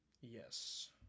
yes